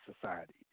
society